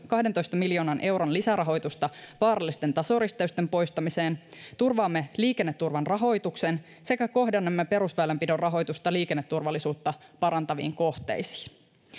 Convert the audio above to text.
kahdentoista miljoonan euron lisärahoitusta vaarallisten tasoristeysten poistamiseen turvaamme liikenneturvan rahoituksen sekä kohdennamme perusväylänpidon rahoitusta liikenneturvallisuutta parantaviin kohteisiin